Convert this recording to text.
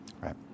Right